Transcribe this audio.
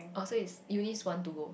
oh so is Eunice want to go